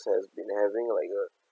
has been having like a